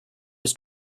was